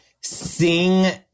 sing